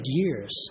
years